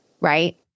right